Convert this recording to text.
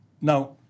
Now